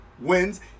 wins